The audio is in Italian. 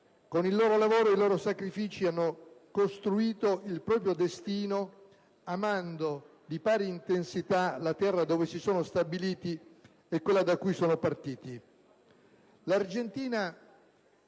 con il loro lavoro e i loro sacrifici hanno costruito il proprio destino, amando con pari intensità la terra dove si sono stabiliti e quella da cui sono partiti. L'Argentina